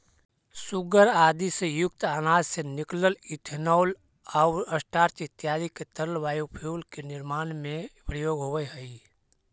सूगर आदि से युक्त अनाज से निकलल इथेनॉल आउ स्टार्च इत्यादि के तरल बायोफ्यूल के निर्माण में प्रयोग होवऽ हई